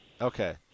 Okay